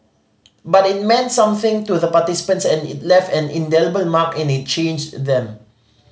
but it meant something to the participants and it left an indelible mark and it changed them